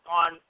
on